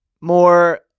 more